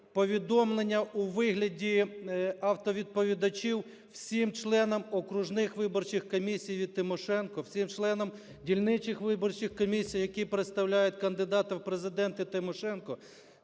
повідомлення у вигляді автовідповідачів всім членам окружних виборчих комісій від Тимошенко, всім членам дільничних виборчих комісій, які представляють кандидата в Президенти Тимошенко,